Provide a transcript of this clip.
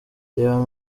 reba